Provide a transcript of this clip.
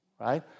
Right